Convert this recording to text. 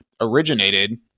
Originated